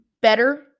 better